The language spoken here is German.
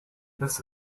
biss